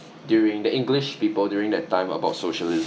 during the english people during that time about socialism